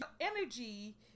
Energy